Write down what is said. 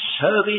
service